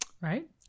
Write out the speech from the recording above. Right